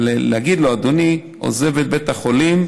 אבל להגיד לו: אדוני עוזב את בית החולים,